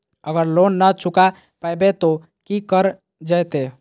अगर लोन न चुका पैबे तो की करल जयते?